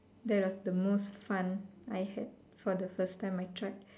that was the most fun I had for the first time I tried